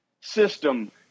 system